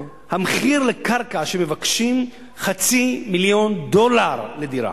המחיר לקרקע שמבקשים 500,000 דולר לדירה.